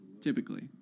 Typically